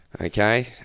Okay